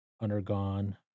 undergone